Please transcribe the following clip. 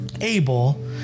Abel